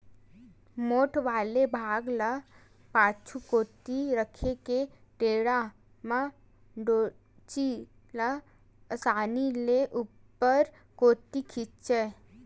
मोठ वाले भाग ल पाछू कोती रखे के टेंड़ा म डोल्ची ल असानी ले ऊपर कोती खिंचय